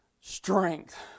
strength